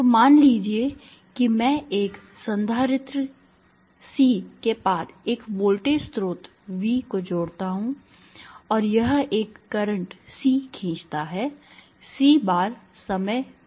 तो मान लीजिए कि मैं एक संधारित्र C के पार एक वोल्टेज स्रोत V को जोड़ता हूं और यह एक करंट C खींचता है C बार समय व्युत्पन्न V के